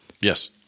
Yes